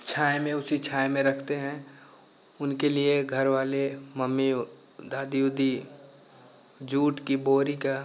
छाया में उसी छाया में रखते हैं उनके लिए घर वाले मम्मी दादी ऊदी जूट की बोरी का